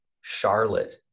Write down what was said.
Charlotte